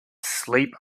sleep